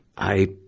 i,